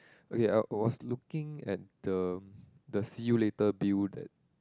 okay uh was looking at the the see you later Bill that